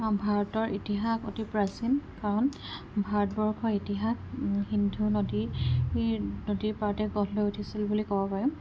ভাৰতৰ ইতিহাস অতি প্ৰাচীন কাৰণ ভাৰতবৰ্ষৰ ইতিহাস সিন্ধু নদীৰ নদীৰ পাৰতে গঢ় লৈ উঠিছিল বুলি ক'ব পাৰি